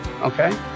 Okay